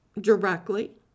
directly